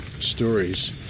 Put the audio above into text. stories